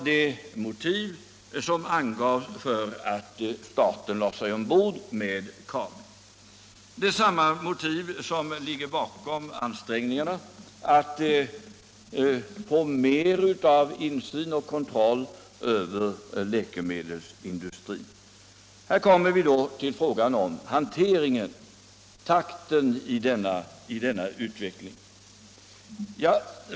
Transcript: Det är samma motiv som nu ligger bakom ansträngningarna att få mer av insyn och kontroll över läkemedelsindustrin. Då uppkommer frågan om takten i denna utveckling.